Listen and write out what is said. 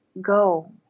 go